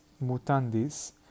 mutandis